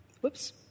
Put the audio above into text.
Whoops